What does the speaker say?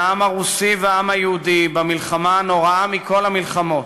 העם הרוסי והעם היהודי במלחמה הנוראה מכל המלחמות.